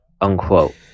unquote